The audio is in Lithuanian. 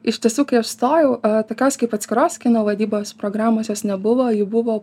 iš tiesų kai aš stojau a tokios kaip atskiros kino vadybos programos jos nebuvo ji buvo